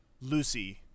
Lucy